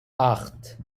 acht